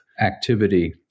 activity